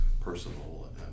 personal